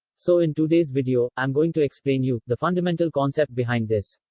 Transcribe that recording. so in today's video, i'm going to explain you the fundamental concept behind this.